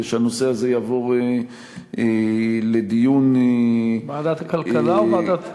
שהנושא הזה יעבור לדיון --- ועדת הכלכלה או ועדת הפנים?